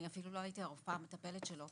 אפילו לא הייתי הרופאה המטפלת שלו,